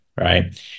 right